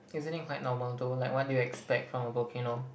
isn't it quite normal though like what do you expect from a volcano